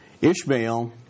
Ishmael